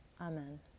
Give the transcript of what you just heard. amen